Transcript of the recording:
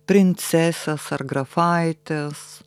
princesės ar grafaitės